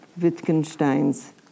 Wittgenstein's